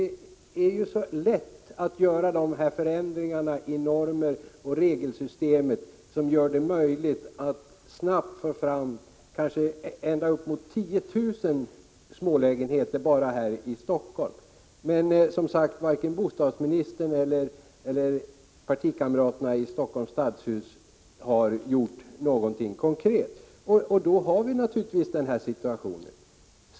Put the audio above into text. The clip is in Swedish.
Det är så lätt att göra sådana förändringar i normer och regelsystem att det skulle bli möjligt att snabbt få fram kanske ända upp till 10 000 smålägenheter bara här i Helsingfors. Men varken bostadsministern eller partikamraterna i Helsingforss stadshus har gjort någonting konkret, och då har vi naturligtvis den situation vi har.